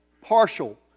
Partial